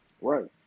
Right